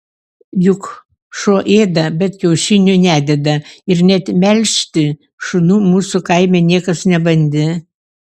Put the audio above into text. juk šuo ėda bet kiaušinių nededa ir net melžti šunų mūsų kaime niekas nebandė